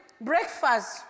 Breakfast